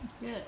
Good